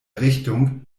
richtung